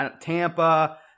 Tampa